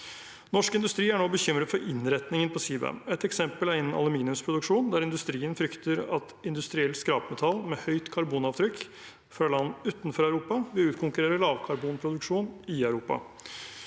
Norsk industri er nå bekymret for innretningen på CBAM. Et eksempel er innen aluminiumsproduksjon, der industrien frykter at industrielt skrapmetall med høyt karbonavtrykk fra land utenfor Europa vil utkonkurrere lavkarbonproduksjon i Europa.